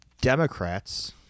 Democrats